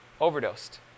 overdosed